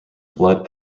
blood